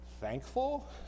thankful